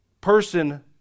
person